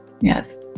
Yes